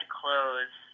clothes